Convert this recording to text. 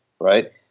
right